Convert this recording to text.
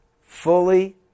fully